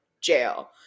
Jail